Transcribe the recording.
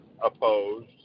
opposed